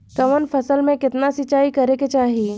कवन फसल में केतना सिंचाई करेके चाही?